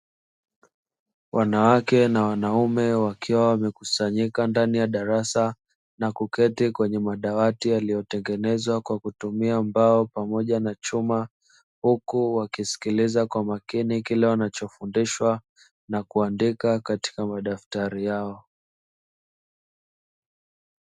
Wanawake na wanaume wakiwa wamekusanyika ndani ya darasa na kuketi kwenye madawati yaliyotengenezwa kwa kutumia mbao pamoja na chuma, huku wakisikiliza kwa makini kile wanachofundishwa na kuandika katika madaftari yao.